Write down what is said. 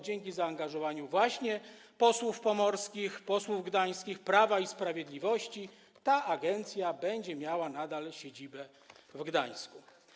Dzięki zaangażowaniu właśnie posłów pomorskich, posłów gdańskich Prawa i Sprawiedliwości ta agencja będzie miała nadal siedzibę w Gdańsku.